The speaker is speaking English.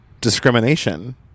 discrimination